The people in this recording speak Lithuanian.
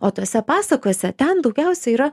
o tose pasakose ten daugiausia yra